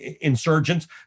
insurgents